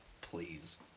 Please